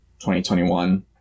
2021